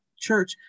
church